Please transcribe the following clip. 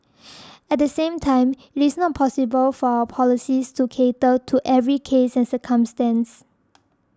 at the same time it is not possible for our policies to cater to every case and circumstance